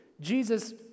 Jesus